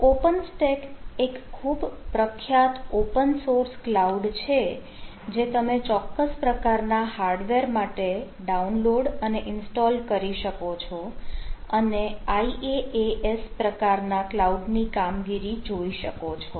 open stack એક ખૂબ પ્રખ્યાત ઓપન સોર્સ ક્લાઉડ છે જે તમે ચોક્કસ પ્રકારના હાર્ડવેર માટે ડાઉનલોડ અને ઇન્સ્ટોલ કરી શકો છો અને IaaS પ્રકારના ક્લાઉડ ની કામગીરી જોઈ શકો છો